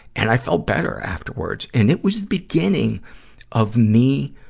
and i felt better afterwards. and it was beginning of me,